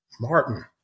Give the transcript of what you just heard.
Martin